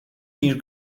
niż